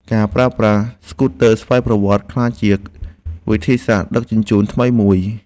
ការប្រើប្រាស់ស្កូទ័រស្វ័យប្រវត្តិ អាចក្លាយជាវិធីសាស្ត្រដឹកជញ្ជូនថ្មីមួយទៀត។